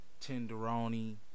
tenderoni